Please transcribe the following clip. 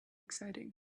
exciting